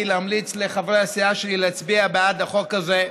להמליץ לחברי הסיעה שלי להצביע בעד החוק הזה,